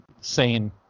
sane